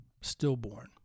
stillborn